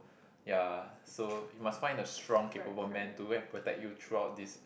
ya so must find a strong capable man to go and protect you throughout this